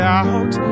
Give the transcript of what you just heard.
out